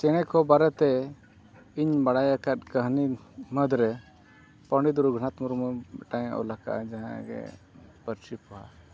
ᱪᱮᱬᱮ ᱠᱚ ᱵᱟᱨᱮᱛᱮ ᱤᱧ ᱵᱟᱲᱟᱭ ᱟᱠᱟᱫ ᱠᱟᱹᱦᱱᱤ ᱢᱩᱫᱽᱨᱮ ᱯᱚᱸᱰᱤᱛ ᱨᱚᱜᱷᱩᱱᱟᱛᱷ ᱢᱩᱨᱢᱩ ᱢᱤᱫᱴᱮᱱᱮ ᱚᱞ ᱟᱠᱟᱫᱟ ᱡᱟᱦᱟᱸᱜᱮ ᱯᱟᱹᱨᱥᱤ ᱯᱚᱦᱟ